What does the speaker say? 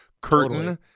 curtain